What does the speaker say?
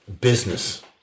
business